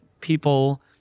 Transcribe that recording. people